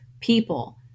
people